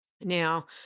Now